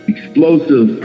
Explosive